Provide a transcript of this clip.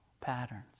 patterns